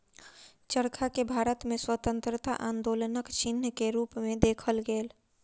चरखा के भारत में स्वतंत्रता आन्दोलनक चिन्ह के रूप में देखल गेल